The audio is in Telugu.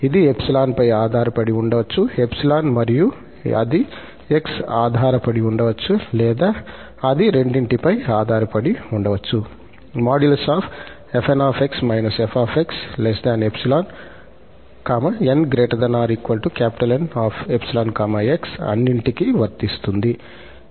ఇది 𝜖 పై ఆధారపడి ఉండవచ్చు 𝜖 మరియు అది 𝑥 ఆధారపడి ఉండవచ్చు లేదా అది రెండిటి పై ఆధారపడి ఉండవచ్చు |𝑓𝑛𝑥 − 𝑓𝑥| 𝜖 𝑛 ≥ 𝑁𝜖 𝑥 అన్నింటికీ వర్తిస్తుంది